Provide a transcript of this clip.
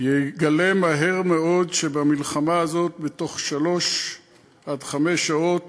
יגלה מהר מאוד שבמלחמה הזאת בתוך שלוש חמש שעות